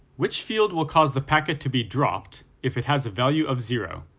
which field will cause the packet to be dropped if it has a value of zero?